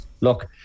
Look